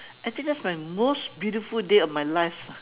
actually that's my most beautiful day of my lives ah